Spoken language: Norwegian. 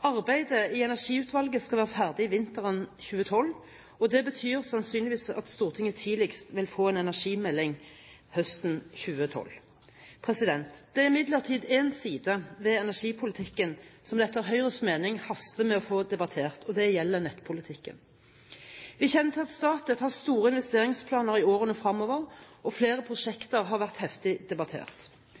Arbeidet i Energiutvalget skal være ferdig vinteren 2012, og det betyr sannsynligvis at Stortinget tidligst vil få en energimelding høsten 2012. Det er imidlertid en side ved energipolitikken som det etter Høyres mening haster med å få debattert, og det gjelder nettpolitikken. Vi kjenner til at Statnett har store investeringsplaner i årene fremover, og flere prosjekter har vært heftig debattert.